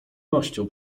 nością